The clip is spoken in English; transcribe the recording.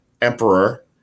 emperor